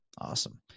Awesome